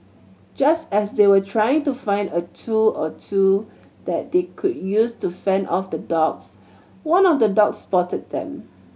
just as they were trying to find a tool or two that they could use to fend off the dogs one of the dogs spotted them